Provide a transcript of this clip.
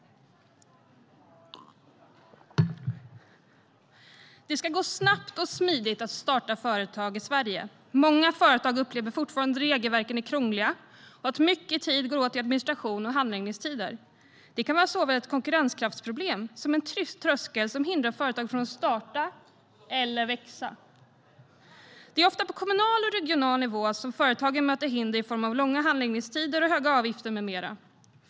Det ska gå snabbt och smidigt att starta företag i Sverige. Många företag upplever fortfarande att regelverken är krångliga och att mycket tid går åt till administration och handläggningstider. Det kan vara såväl ett konkurrenskraftsproblem som en tröskel som hindrar företag från att starta eller växa. Det är ofta på kommunal och regional nivå som företagen möter hinder i form av långa handläggningstider och höga avgifter med mera.